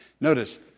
Notice